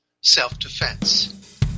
self-defense